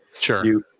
sure